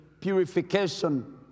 purification